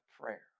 prayer